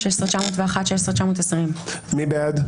16,621 עד 16,640. מי בעד?